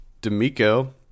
D'Amico